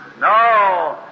No